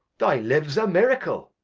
thy life's a miracle.